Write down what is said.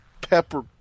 pepper